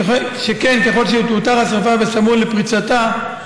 שכן ככל שתאותר השרפה סמוך לפריצתה,